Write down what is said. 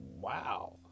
wow